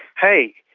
hey,